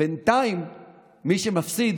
בינתיים מי שמפסיד